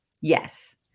Yes